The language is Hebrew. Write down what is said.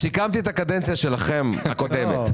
לא, סיכמתי את הקדנציה הקודמת שלכם.